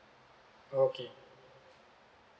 okay